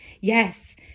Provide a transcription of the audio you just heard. yes